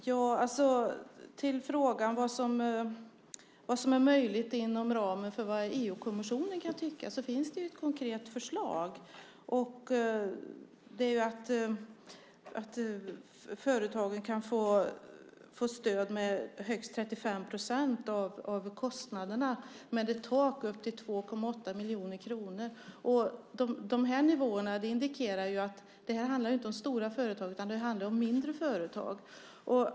Fru talman! Till frågan vad som är möjligt inom ramen för vad EU-kommissionen kan tycka finns det ju ett konkret förslag, och det är att företagen kan få stöd med högst 35 procent av kostnaderna, men med ett tak upp till 2,8 miljoner kronor. De här nivåerna indikerar att det inte handlar om stora företag utan om mindre företag.